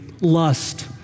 lust